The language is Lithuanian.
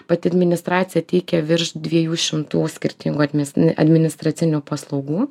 pati administracija teikia virš dviejų šimtų skirtingų admi administracinių paslaugų